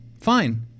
fine